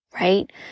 right